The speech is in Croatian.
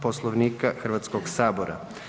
Poslovnika Hrvatskoga sabora.